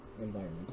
environment